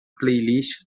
playlist